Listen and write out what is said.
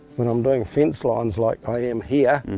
when i'm doing fence lines like i am here,